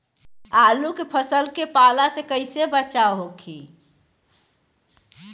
आलू के फसल के पाला से कइसे बचाव होखि?